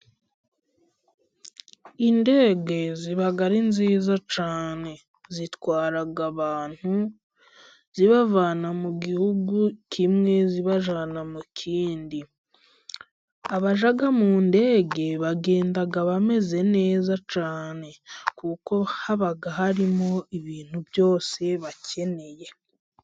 Indege ziba ari nziza cyane, zitwara abantu zibavana mu gihugu kimwe zibajyana mu kindi, abajya mu ndege bagenda bameze neza cyane kuko haba harimo ibintu byose bakeneye.